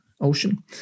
ocean